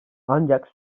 ancak